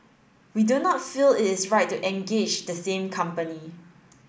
we do not feel it is right to engage the same company